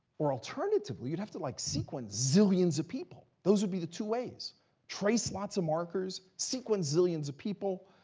alternatively, you'd have to like sequence zillions of people. those would be the two ways trace lots of markers, sequence zillions of people.